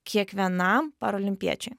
kiekvienam paralimpiečiui